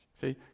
See